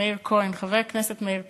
חבר הכנסת מאיר כהן,